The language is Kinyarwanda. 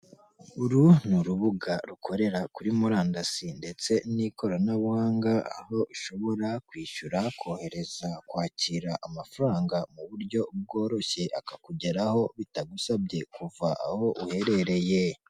Uru ni urubuga rukorera kuri murandasi ndetse n'ikoranabuhanga, aho ushobora kwishyura, kohereza, kwakira amafaranga mu buryo bworoshye akakugeraho bitagusabye kuva aho uherereye.